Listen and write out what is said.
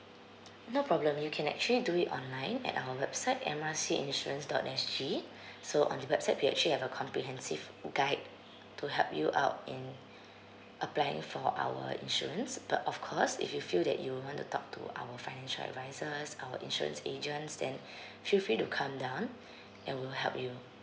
no problem you can actually do it online at our website M R C insurance dot S_G so on the website we actually have a comprehensive guide to help you out in a plan for our insurance but of course if you feel that you want to talk to our financial advisors our insurance agents then feel free to come down and we'll help you